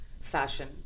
fashion